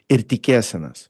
ir tikėsianas